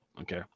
Okay